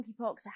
monkeypox